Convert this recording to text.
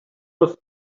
was